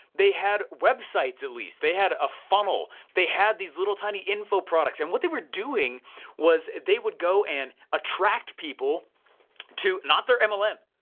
they had websites at least, they had a funnel, they had these little, tiny info products and what they were doing was they would go and attract people to, not their um mlm,